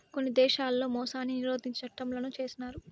కొన్ని దేశాల్లో మోసాన్ని నిరోధించే చట్టంలను చేసినారు